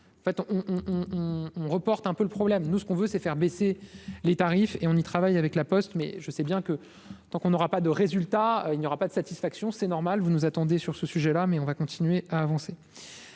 de 400 on reporte un peu le problème nous ce qu'on veut, c'est faire baisser les tarifs et on y travaille avec la Poste mais je sais bien que tant qu'on n'aura pas de résultat, il n'y aura pas de satisfaction, c'est normal, vous nous attendez sur ce sujet là, mais on va continuer à avancer,